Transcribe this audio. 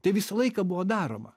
tai visą laiką buvo daroma